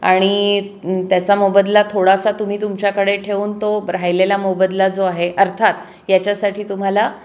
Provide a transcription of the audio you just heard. आणि त्याचा मोबदला थोडासा तुम्ही तुमच्याकडे ठेऊन तो राहिलेला मोबदला जो आहे अर्थात याच्यासाठी तुम्हाला